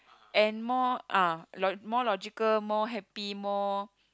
and more ah lo~ more logical more happy more